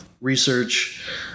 research